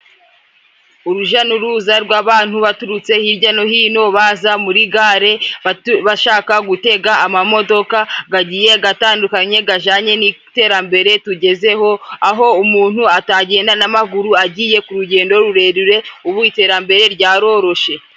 Uruja n'uruza rw'abantu baturutse hijya no hino baza muri gare bashaka gutega amamodoka gagiye gatandukanye gajanye n'iterambere tugezeho, aho umuntu atagenda n'amaguru agiye ku rugendo rurerure. Ubu iterambere ryaroroshe.